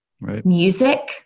Music